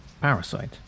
Parasite